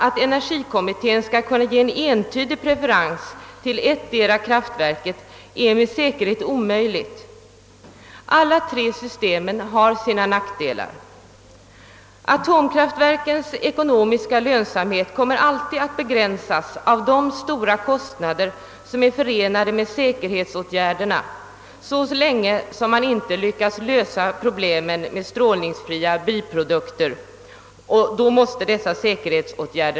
Att energikommittén skall kunna ge en entydig preferens för ettdera slaget av kraftverk är med säkerhet omöjligt att begära. Alla tre systemen har sina nackdelar. Atomkraftverkens ekonomiska lönsamhet kommer alltid att begränsas av de stora kostnader som är förenade med säkerhetsåtgärderna, vilka måste vara rigorösa så länge vi inte lyckats lösa problemen med strålningsfria biprodukter.